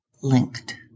linked